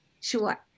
Sure